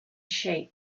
shape